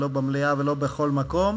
לא במליאה ולא בשום מקום,